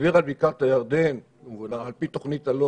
דיבר על בקעת הירדן על פי תוכנית אלון